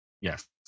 Yes